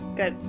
Good